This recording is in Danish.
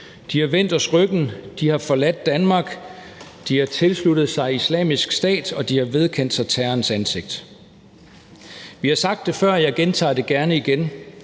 De har vendt os ryggen. De har forladt Danmark. De har tilsluttet sig Islamisk Stat. Og de har vedkendt sig terrorens ansigt. Vi har sagt det før, og jeg gentager det gerne: De